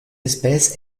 espèce